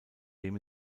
dem